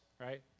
right